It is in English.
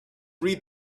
read